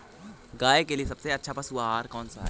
गाय के लिए सबसे अच्छा पशु आहार कौन सा है?